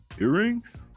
Earrings